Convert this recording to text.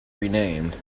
renamed